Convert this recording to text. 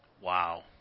Wow